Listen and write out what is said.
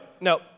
no